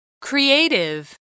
Creative